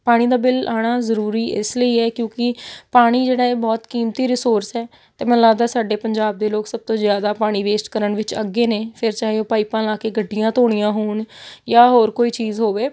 ਪਾਣੀ ਦਾ ਬਿੱਲ ਆਉਣਾ ਜ਼ਰੂਰੀ ਇਸ ਲਈ ਹੈ ਕਿਉਂਕਿ ਪਾਣੀ ਜਿਹੜਾ ਹੈ ਬਹੁਤ ਕੀਮਤੀ ਰਿਸੋਰਸ ਹੈ ਤਾਂ ਮੈਨੂੰ ਲੱਗਦਾ ਸਾਡੇ ਪੰਜਾਬ ਦੇ ਲੋਕ ਸਭ ਤੋਂ ਜ਼ਿਆਦਾ ਪਾਣੀ ਵੇਸਟ ਕਰਨ ਵਿੱਚ ਅੱਗੇ ਨੇ ਫਿਰ ਚਾਹੇ ਉਹ ਪਾਈਪਾਂ ਲਾ ਕੇ ਗੱਡੀਆਂ ਧੋਣੀਆਂ ਹੋਣ ਜਾਂ ਹੋਰ ਕੋਈ ਚੀਜ਼ ਹੋਵੇ